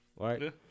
Right